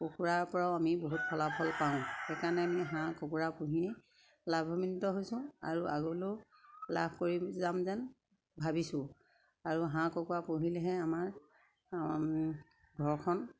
কুকুৰাৰ পৰাও আমি বহুত ফলাফল পাওঁ সেইকাৰণে আমি হাঁহ কুকুৰা পুহিয়েই লাভৱান্বিত হৈছোঁ আৰু আগলৈও লাভ কৰি যাম যেন ভাবিছোঁ আৰু হাঁহ কুকুৰা পুহিলেহে আমাৰ ঘৰখন